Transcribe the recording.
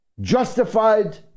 justified